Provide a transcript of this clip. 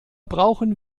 brauchen